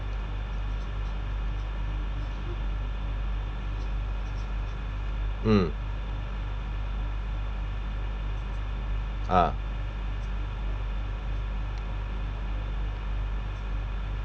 mm uh